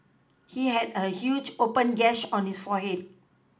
he had a huge open gash on his forehead